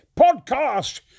Podcast